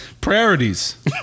Priorities